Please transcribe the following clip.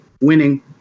winning